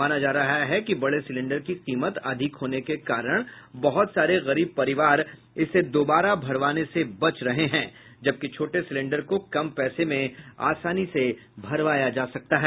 माना जा रहा है कि बड़े सिलेंडर की कीमत अधिक होने के कारण बहुत सारे गरीब परिवार इसे दुबारा भरवाने से बचे रहे हैं जबकि छोटे सिलेंडर को कम पैसे में आसानी से भरवा सकते हैं